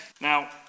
Now